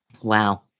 Wow